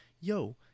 Yo